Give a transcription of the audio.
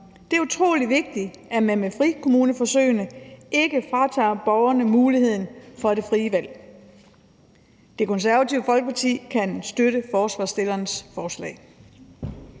Det er utrolig vigtigt, at man med frikommuneforsøgene ikke fratager borgerne muligheden for det frie valg. Det Konservative Folkeparti kan støtte forslagsstillernes forslag.